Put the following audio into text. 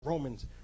Romans